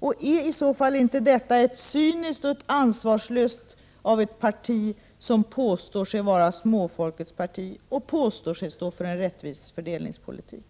det? Och är inte detta i så fall cyniskt och ansvarslöst av ett parti som påstår sig vara småfolkets parti och stå för en rättvis fördelningspolitik?